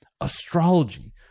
astrology